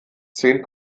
zehn